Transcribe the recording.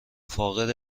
فاقد